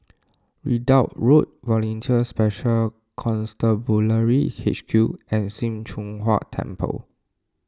Ridout Road Volunteer Special Constabulary H Q and Sim Choon Huat Temple